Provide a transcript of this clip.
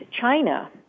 China